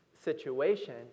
situation